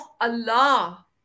Allah